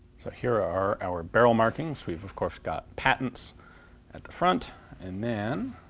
so here are our barrel markings. we've of course got patents at the front and then